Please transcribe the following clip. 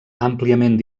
àmpliament